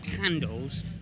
handles